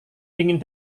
dingin